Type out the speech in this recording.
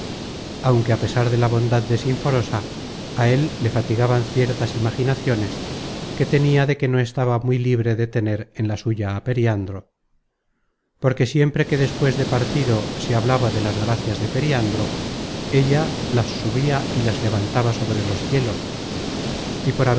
aunque a pesar de la bondad de sinforosa á él le fatigaban ciertas imaginaciones que tenia de que no estaba muy libre de tener en la suya á periandro porque siempre que despues de partido se hablaba de las gracias de periandro ella las subia y las levantaba sobre los cielos y por